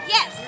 Yes